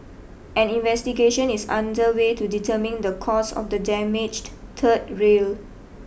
an investigation is under way to determine the cause of the damaged third rail